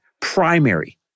primary